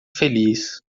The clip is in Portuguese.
feliz